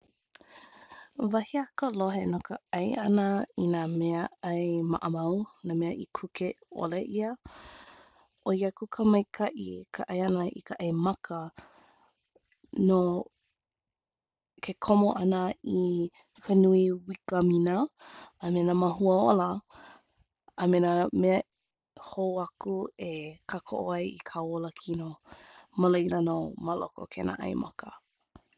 ʻO wahi a ka lohe no ka ʻai ana i nā mea ʻai maʻamau nā mea i kuke ʻole ia ʻoia kuka maikaʻi ka ʻai ana i ka ʻai maka no ke komo ʻana i ka nui wikamina a me nā mahua ola a me nā mea hoaku e kakoʻo ai i ka ola kino ma leila no ma loko o kēnā ʻai maka